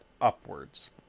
upwards